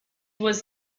was